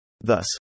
Thus